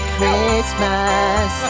Christmas